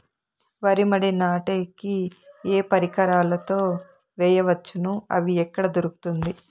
వరి మడి నాటే కి ఏ పరికరాలు తో వేయవచ్చును అవి ఎక్కడ దొరుకుతుంది?